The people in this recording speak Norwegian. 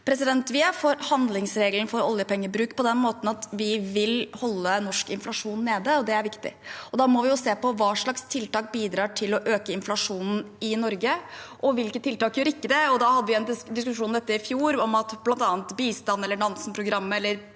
Vi er for handlingsregelen for oljepengebruk på den måten at vi vil holde norsk inflasjon nede, og det er viktig. Da må vi se på hva slags tiltak som bidrar til å øke inflasjonen i Norge, og hvilke tiltak som ikke gjør det. Vi hadde en diskusjon om dette i fjor, bl.a. om at bistand eller Nansen-programmet